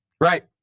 Right